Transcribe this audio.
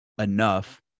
enough